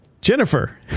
Jennifer